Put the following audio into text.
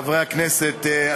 חברי הכנסת,